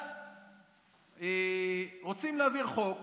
אז רוצים להעביר חוק